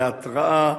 להתרעה,